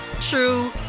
true